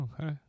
Okay